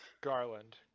Garland